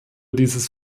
dieses